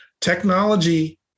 Technology